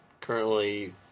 currently